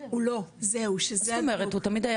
הוא לא, זהו שזה -- מה זאת אומרת הוא תמיד היה